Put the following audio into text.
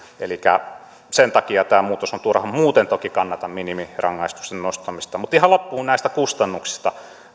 elikkä sen takia tämä muutos on turha muuten toki kannatan minimirangaistuksen nostamista ihan loppuun näistä kustannuksista